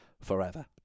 forever